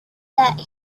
that